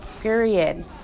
Period